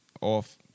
off